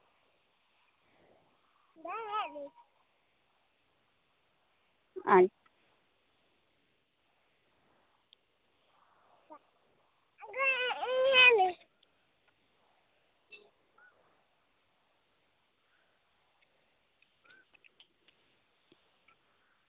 ᱟᱪᱪᱷᱟ